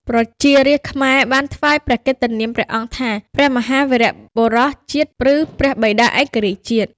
ប្រជារាស្ត្រខ្មែរបានថ្វាយព្រះកិត្តិនាមព្រះអង្គថា "ព្រះមហាវីរបុរសជាតិ ឬព្រះបិតាឯករាជ្យជាតិ"។